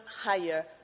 higher